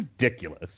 ridiculous